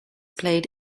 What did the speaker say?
played